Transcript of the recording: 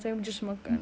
ya siapa kisah